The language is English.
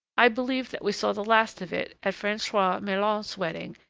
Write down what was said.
i believe that we saw the last of it at francoise meillant's wedding,